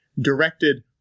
directed